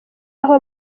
aho